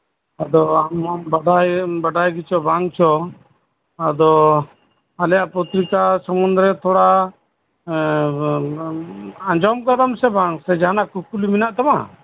ᱟᱫᱚ ᱵᱟᱰᱟᱭ ᱜᱮᱪᱚ ᱵᱟᱝ ᱪᱚ ᱟᱞᱮᱭᱟᱜ ᱯᱚᱛᱨᱤᱠᱟ ᱥᱩᱢᱩᱱ ᱫᱚ ᱛᱷᱚᱲᱟ ᱟᱸᱡᱚᱢ ᱠᱟᱫᱟᱢ ᱥᱮ ᱵᱟᱝ ᱥᱮ ᱡᱟᱸᱦᱟᱱᱟᱜ ᱠᱩᱠᱞᱤ ᱢᱮᱱᱟᱜ ᱛᱟᱢᱟ